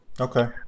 Okay